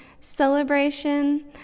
celebration